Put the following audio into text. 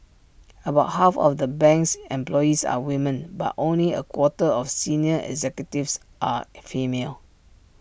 about half of the bank's employees are women but only A quarter of senior executives are female